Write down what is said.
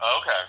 Okay